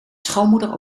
schoonmoeder